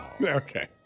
Okay